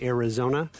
Arizona